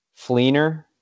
Fleener